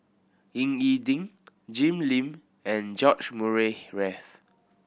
Ying E Ding Jim Lim and George Murray Reith